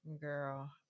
Girl